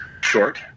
short